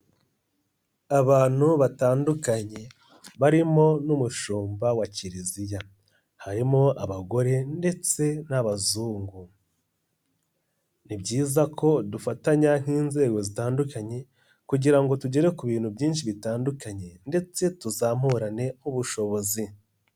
Abantu batandukanye barimo n'umushumba wa kiliziya, harimo abagore ndetse n'abazungu. Ni byiza ko dufatanya nk'inzego zitandukanye kugira ngo tugere ku bintu byinshi bitandukanye ndetse tuzamurane ubushobozi.